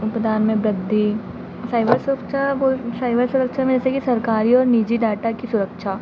उपदान में वृद्धि साइबर सुरक्षा बो साइबर सुरक्षा में जैसे कि सरकारी और निजी डाटा की सुरक्षा